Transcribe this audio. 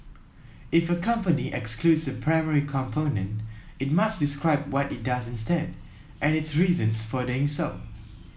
if a company excludes a primary component it must describe what it does instead and its reasons for doing so